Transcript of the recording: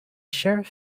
sheriff